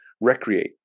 recreate